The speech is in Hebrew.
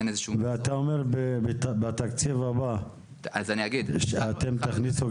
אין איזשהו --- אז אתה אומר שבתקציב הבא אתם תכניסו